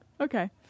Okay